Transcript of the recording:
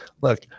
Look